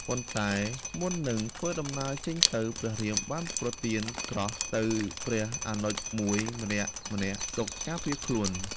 ប៉ុន្តែមុននឹងធ្វើដំណើរចេញទៅ ព្រះរាមបានប្រទានក្រោះទៅព្រះអនុជមួយ ម្នាក់ៗទុកការពារខ្លួន។